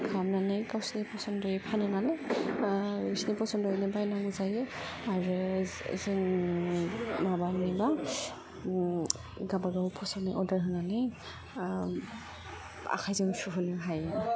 खालामनानै गावसिनि पसन्द'यै खालामनानै बिसोरनि पसन्द'यैनो बायनांगौ जायो आरो जों माबानोबा गावबा गाव पसन्द'नि अर्डार होनानै आखाइजों सुहोनो हायो